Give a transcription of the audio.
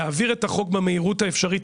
להעביר את החוק במהירות האפשרית,